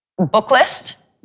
Booklist